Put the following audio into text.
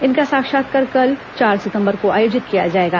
इनका साक्षात्कार कल चार सिंतबर को आयोजित किया जाएगा